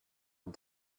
and